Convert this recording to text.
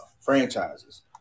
franchises